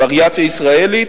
וריאציה ישראלית,